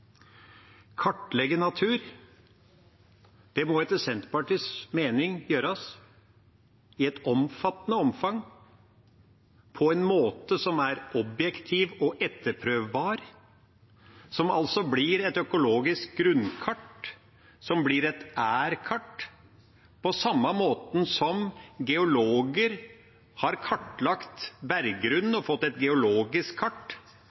Kartlegge natur må etter Senterpartiets mening gjøres i et omfattende omfang på en måte som er objektiv og etterprøvbar, som altså blir et økologisk grunnkart, som blir et «er-kart», på samme måten som geologer har kartlagt berggrunnen og fått et geologisk kart,